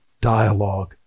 dialogue